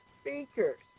speakers